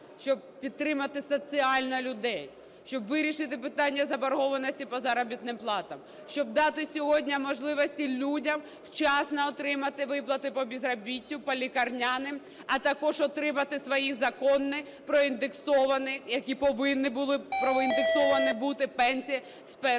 щоб підтримати соціально людей, щоб вирішити питання заборгованості по заробітним платам, щоб дати сьогодні можливості людям вчасно отримати виплати по безробіттю, по лікарняним, а також отримати свої законні проіндексовані, які повинні були б проіндексовані бути, пенсії з 1 березня.